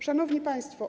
Szanowni Państwo!